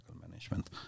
management